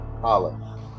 Holla